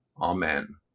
Amen